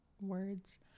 Words